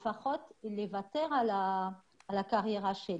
לא רציתי לוותר על הקריירה שלי.